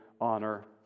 honor